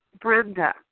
Brenda